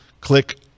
click